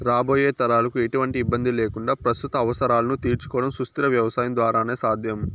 రాబోయే తరాలకు ఎటువంటి ఇబ్బంది లేకుండా ప్రస్తుత అవసరాలను తీర్చుకోవడం సుస్థిర వ్యవసాయం ద్వారానే సాధ్యం